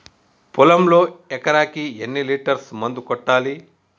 పొలంలో ఎకరాకి ఎన్ని లీటర్స్ మందు కొట్టాలి?